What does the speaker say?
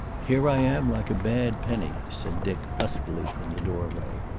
here i am, like a bad penny! said dick huskily from the doorway.